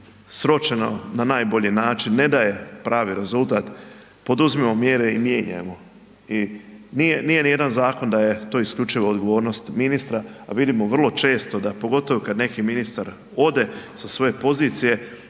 sročeno na najbolji način, ne daje pravi rezultat poduzmimo mjere i mijenjajmo. I nije ni jedan zakon da je to isključivo odgovornost ministra, a vidimo vrlo često da pogotovo kad neki ministar ode sa svoje pozicije